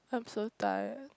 I'm so tired